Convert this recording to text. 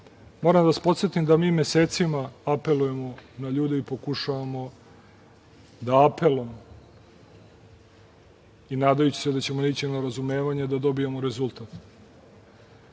da vas podsetim da mi mesecima apelujemo na ljude i pokušavamo da apelom, nadajući se da ćemo naići na razumevanje, dobijemo rezultat.